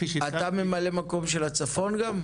אתה ממלא מקום של הצפון גם?